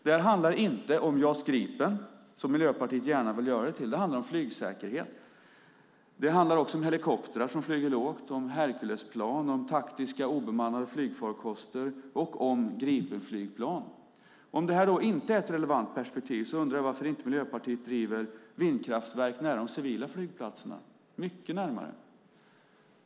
Det här handlar inte om JAS Gripen, som Miljöpartiet gärna vill göra det till. Det handlar om flygsäkerhet. Det handlar också om helikoptrar som flyger lågt, om Herculesplan, om taktiska obemannade flygfarkoster och om Gripenflygplan. Om det här då inte är ett relevant perspektiv undrar jag varför inte Miljöpartiet driver vindkraftverk nära de civila flygplatserna, mycket närmare.